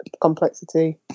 complexity